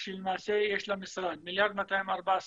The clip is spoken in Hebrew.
מיליארד שלמעשה יש למשרד, 1.214 מיליארד.